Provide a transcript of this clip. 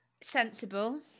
Sensible